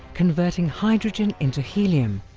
converting hydrogen into helium,